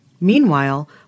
Meanwhile